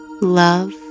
love